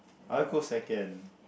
I want go second